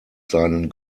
seinen